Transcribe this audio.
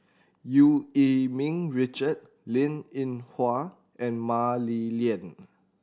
Eu Yee Ming Richard Linn In Hua and Mah Li Lian